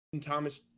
Thomas